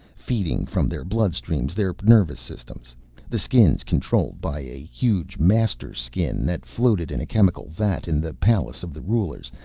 feeding from their bloodstreams, their nervous systems the skins, controlled by a huge master skin that floated in a chemical vat in the palace of the rulers,